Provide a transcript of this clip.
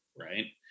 right